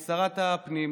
היא שרת הפנים,